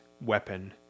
weapon